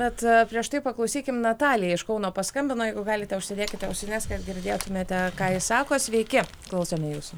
bet prieš tai paklausykim natalija iš kauno paskambino jeigu galite užsidėkite ausines kad girdėtumėte ką ji sako sveiki klausome jūsų